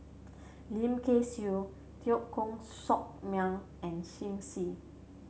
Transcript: Lim Kay Siu Teo Koh Sock Miang and Shen Xi